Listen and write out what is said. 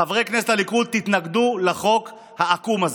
חברי כנסת מהליכוד, תתנגדו לחוק העקום הזה.